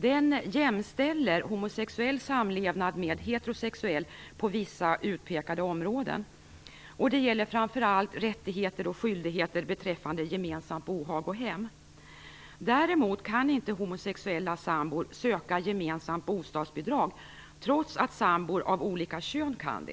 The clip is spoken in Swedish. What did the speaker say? Den jämställer homosexuell samlevnad med heterosexuell samlevnad på vissa utpekade områden. Det gäller framför allt rättigheter och skyldigheter beträffande gemensamt bohag och hem. Däremot kan inte homosexuella sambor söka gemensamt bostadsbidrag, trots att sambor av olika kön kan